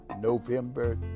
November